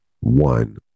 one